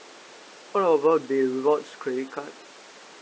how about the rewards credit card